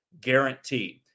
guaranteed